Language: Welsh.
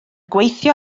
gweithio